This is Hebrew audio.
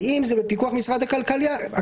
ואם זה בפיקוח משרד הכלכלה,